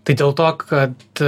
tai dėl to kad